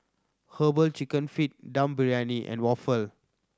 Herbal Chicken Feet Dum Briyani and waffle